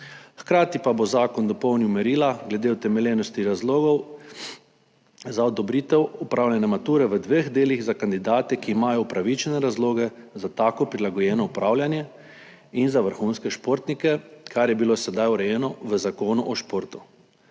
Hkrati pa bo zakon dopolnil merila glede utemeljenosti razlogov za odobritev opravljanja mature v dveh delih za kandidate, ki imajo upravičene razloge za tako prilagojeno upravljanje, in za vrhunske športnike, kar je bilo sedaj urejeno v Zakonu o športu.